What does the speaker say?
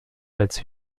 als